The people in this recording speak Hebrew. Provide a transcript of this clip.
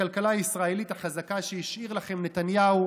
הכלכלה הישראלית החזקה שהשאיר לכם נתניהו